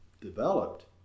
developed